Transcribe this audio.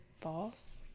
false